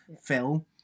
phil